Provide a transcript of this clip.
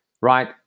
right